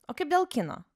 o kaip dėl kino